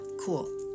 cool